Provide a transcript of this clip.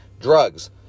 drugs